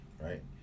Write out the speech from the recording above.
right